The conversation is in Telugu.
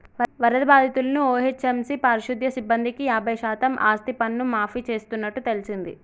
వరద బాధితులను ఓ.హెచ్.ఎం.సి పారిశుద్య సిబ్బందికి యాబై శాతం ఆస్తిపన్ను మాఫీ చేస్తున్నట్టు తెల్సింది